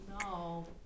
No